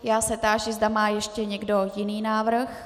Já se táži, zda má ještě někdo jiný návrh.